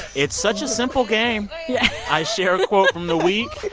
it's such a simple game yeah i share a quote from the week.